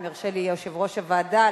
אם ירשה לי יושב-ראש הוועדה,